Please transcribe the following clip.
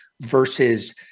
versus